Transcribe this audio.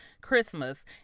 Christmas